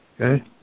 Okay